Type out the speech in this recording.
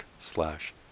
slash